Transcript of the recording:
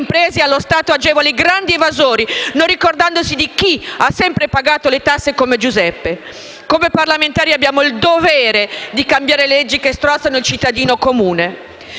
Come parlamentari abbiamo il dovere di cambiare le leggi che strozzano il cittadino comune.